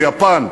ליפן,